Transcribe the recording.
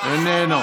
שקט, בבקשה.